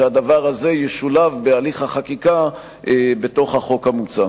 שהדבר הזה ישולב בהליך החקיקה בתוך החוק המוצע.